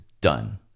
done